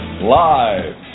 live